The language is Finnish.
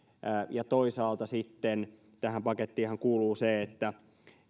ja toisaalta sitten tähän pakettiinhan kuuluu se että